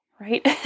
right